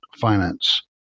finance